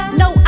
no